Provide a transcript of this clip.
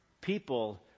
people